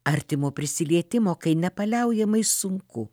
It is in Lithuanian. artimo prisilietimo kai nepaliaujamai sunku